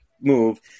move